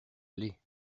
aller